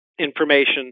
information